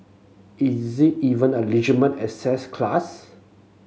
is it even a asset class